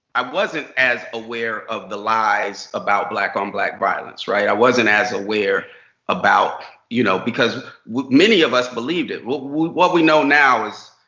i wasn't as aware of the lies about black on black violence. right? i wasn't as aware about you know, because many of us believed it. what what we know now is,